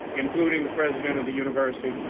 including the president of the university,